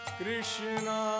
Krishna